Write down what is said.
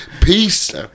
Peace